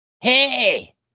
Hey